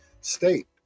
State